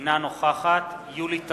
אינה נוכחת יולי תמיר,